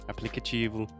Aplicativo